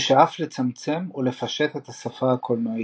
הוא שאף לצמצם ולפשט את השפה הקולנועית.